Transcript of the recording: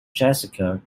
jessica